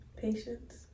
Patience